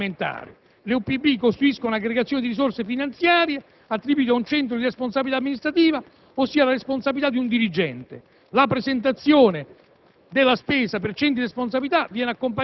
Le u.p.b. costituiscono aggregazioni di risorse finanziarie, attribuite ad un centro di responsabilità amministrativa, ossia la responsabilità di un dirigente. La presentazione